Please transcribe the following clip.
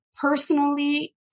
personally